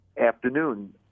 afternoon